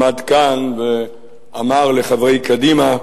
שעמד כאן ואמר לחברי קדימה: